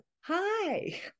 hi